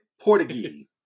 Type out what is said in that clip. Portuguese